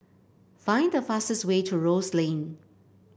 find the fastest way to Rose Lane